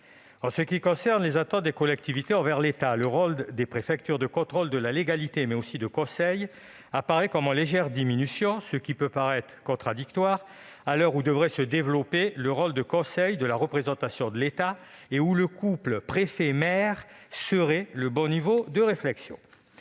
En ce qui concerne les attentes des collectivités envers l'État, le rôle des préfectures en matière de contrôle de la légalité, mais aussi de conseil, apparaît comme en légère diminution, ce qui peut sembler contradictoire à l'heure où devrait se développer le rôle de conseil de la représentation de l'État et où le couple préfet-maire serait le bon niveau de réflexion.